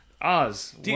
Oz